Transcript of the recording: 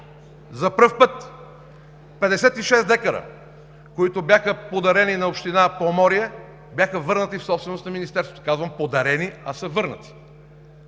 За пръв път 56 декара, които бяха подарени на община Поморие, бяха върнати в собственост на Министерството – казвам „подарени“, а са върнати.